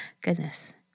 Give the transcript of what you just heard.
goodness